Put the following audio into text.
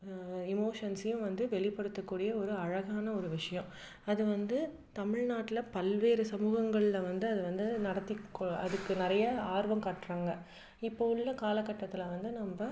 எமோஷன்ஸையும் வந்து வெளிப்படுத்தக்கூடிய ஒரு அழகான ஒரு விஷயம் அது வந்து தமிழ்நாட்டில் பல்வேறு சமூகங்களில் வந்து அதை வந்து நடத்தி கொள் அதுக்கு நிறைய ஆர்வம் காட்டுறாங்க இப்போ உள்ள காலக்கட்டத்தில் வந்து நம்ம